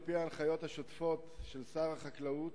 על-פי ההנחיות השוטפות של שר החקלאות,